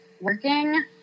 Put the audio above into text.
working